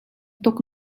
tuk